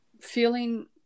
feeling